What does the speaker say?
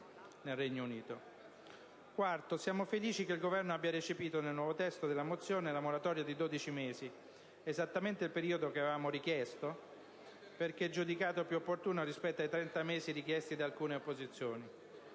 nel Regno Unito. In quarto luogo, siamo felici che il Governo abbia recepito nel nuovo testo della mozione la moratoria di 12 mesi: esattamente il periodo che avevamo richiesto (perché giudicato più opportuno rispetto ai 30 mesi richiesti da alcune opposizioni).